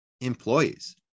employees